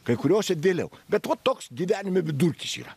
kai kuriose vėliau bet va toks gyvenime vidurkis yra